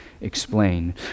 explain